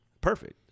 perfect